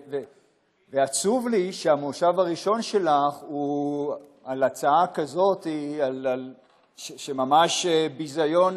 ועצוב לי שהמושב הראשון שלך הוא על הצעה כזאת שהיא ממש ביזיון,